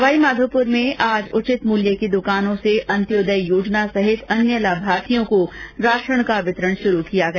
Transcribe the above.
सवाईमाषेपुर में आज उचित मूल्य की दुकानों से अन्त्योदय योजना सहित अन्य लाभार्थियों को राशन का वितरण शुरू किया गया